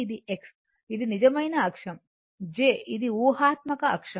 ఇది నిజమైన అక్షం j ఇది ఊహాత్మక అక్షం